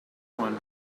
one